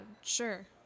sure